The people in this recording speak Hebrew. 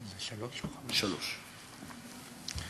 אדוני